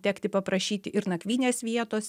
tekti paprašyti ir nakvynės vietos